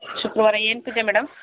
ಶುಕ್ರವಾರ ಏನು ಪೂಜೆ ಮೇಡಮ್